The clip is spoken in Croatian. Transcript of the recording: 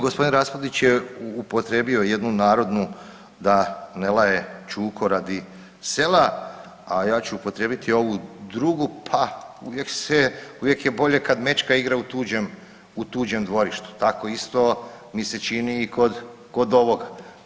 Gospodin Raspudić je upotrijebio jednu narodnu „da ne laje čuko radi sela“, a ja ću upotrijebiti ovu drugu „pa uvijek je bolje kada mečka igra u tuđem dvorištu“ tako isto mi se čini i kod ovoga.